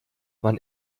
man